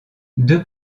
deux